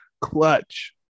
Clutch